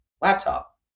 laptop